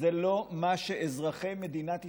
זה לא מה שאזרחי מדינת ישראל,